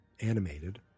animated